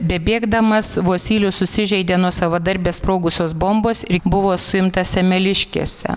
bebėgdamas vosylius susižeidė nuo savadarbės sprogusios bombos ir buvo suimtas semeliškėse